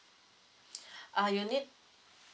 uh you need